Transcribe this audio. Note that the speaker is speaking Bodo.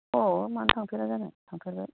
औ मानो थांफेरा जानो थांफेरबाय